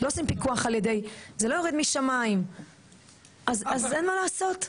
זה לא יורד משמיים אז אין מה לעשות.